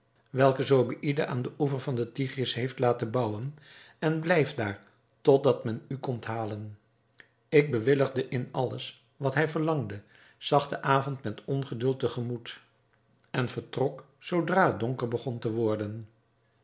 welke zobeïde aan den oever van den tigris heeft laten bouwen en blijf daar tot dat men u komt halen ik bewilligde in alles wat hij verlangde zag den avond met ongeduld te gemoet en vertrok zoodra het donker begon te worden